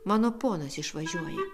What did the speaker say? mano ponas išvažiuoja